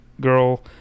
girl